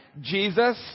Jesus